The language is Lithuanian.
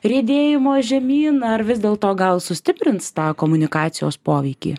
riedėjimo žemyn ar vis dėlto gal sustiprins tą komunikacijos poveikį